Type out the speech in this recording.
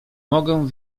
mogę